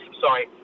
sorry